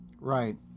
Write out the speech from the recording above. Right